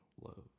love